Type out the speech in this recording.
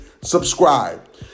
subscribe